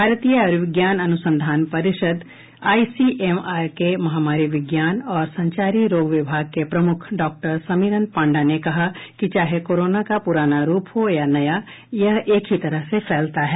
भारतीय आयुर्विज्ञान अनुसंधान परिषद् आईसीएमआर के महामारी विज्ञान और संचारी रोग विभाग के प्रमुख डॉक्टर समीरन पांडा ने कहा कि चाहे कोरोना का पुराना रूप हो या नया यह एक ही तरह से फैलता है